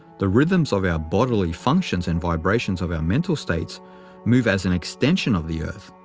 the rhythms of our bodily functions and vibrations of our mental states move as an extension of the earth.